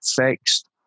fixed